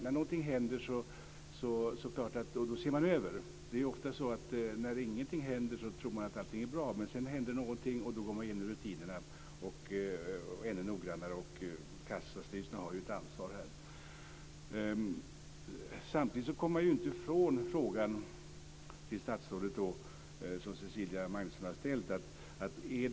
När någonting händer ser man över det hela. När ingenting händer tror man ofta att allting är bra, men sedan händer någonting, och då går man igenom rutinerna ännu noggrannare. Och i det här sammanhanget har kassastyrelserna ett ansvar. Samtidigt kommer man inte ifrån den fråga som Cecilia Magnusson har ställt till statsrådet.